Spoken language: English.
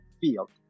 field